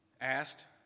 asked